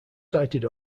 cited